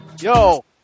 Yo